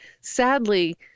sadly